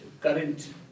current